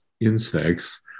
insects